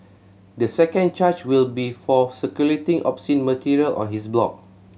the second charge will be for circulating obscene material on his blog